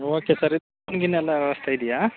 okay sir loan ಗೀನ್ ವ್ಯವಸ್ಥೆ ಇದೆಯಾ